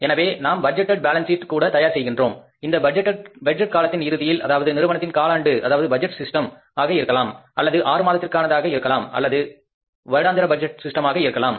எனவே நாம் budgeted balance sheet கூட தயார் செய்கின்றோம் அந்த பட்ஜெட் காலத்தின் இறுதியில் அதாவது நிறுவனத்தில் காலாண்டு அதாவது பட்ஜெட் சிஸ்டம் ஆக இருக்கலாம் அல்லது ஆறு மாதத்திற்கு ஆனதாக இருக்கலாம் அல்லது வருடாந்திர பட்ஜெட் சிஸ்டமாக இருக்கலாம்